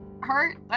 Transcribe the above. hurt